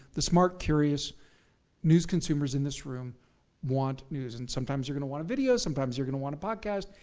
the smart, curious news consumers in this room want news. and, sometimes they're gonna want a video, sometimes you're gonna want a podcast,